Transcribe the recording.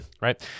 right